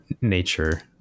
nature